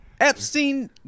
Epstein